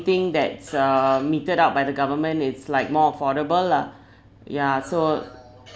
thing that's um meted out by the government it's like more affordable lah ya so